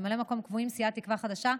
ממלאי מקום קבועים: סיעת תקווה חדשה,